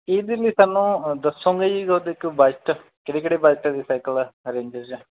ਇਹਦੇ ਲਈ ਸਾਨੂੰ ਦੱਸੋਗੇ ਜੀ ਉਹਦੇ 'ਚ ਬਜਟ ਕਿਹੜੇ ਕਿਹੜੇ ਬਜਟ ਦੇ ਸਾਈਕਲ ਆ ਰੇਂਜਰ 'ਚ